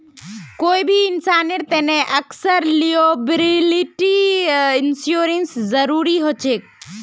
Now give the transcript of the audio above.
कोई भी इंसानेर तने अक्सर लॉयबिलटी इंश्योरेंसेर जरूरी ह छेक